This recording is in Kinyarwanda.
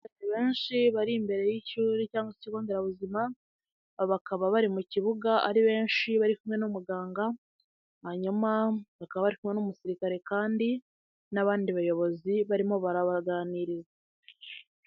Abantu benshi bari imbere y'ishuri cyangwa ikigo nderabuzima, bakaba bari mu kibuga ari benshi bari kumwe n'umuganga, hanyuma bakaba barimo n'umusirikare kandi n'abandi bayobozi, barimo barabaganiriza